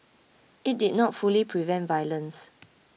it did not fully prevent violence